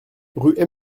rue